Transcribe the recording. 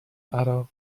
عراق